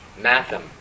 Mathem